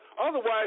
otherwise